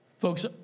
Folks